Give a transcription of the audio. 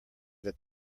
that